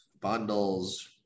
bundles